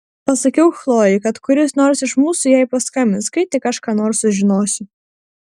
pasakiau chlojei kad kuris nors iš mūsų jai paskambins kai tik aš ką nors sužinosiu